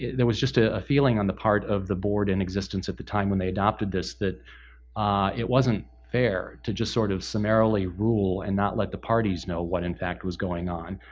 there was just a feeling on the part of the board in existence at the time when they adopted this that it wasn't fair to just sort of summarily rule and not let the parties know what in fact was going on.